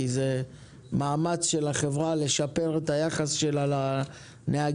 כי זה מאמץ של החברה לשפר את היחס שלה לנהגים,